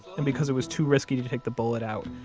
and because it was too risky to take the bullet out,